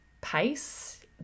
pace